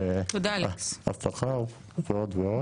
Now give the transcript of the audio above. וגם על השכר ועוד.